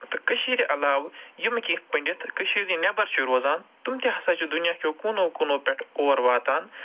تہٕ کٔشیٖرِ علاوٕ یِمہٕ کیٚنہہ پنڈِتھ کٔشیٖرِ نیٚبَر چھِ روزان تِم تہِ ہسا چھِ دُنیاکیو کوٗنَو کوٗنَو پٮ۪ٹھ اور واتان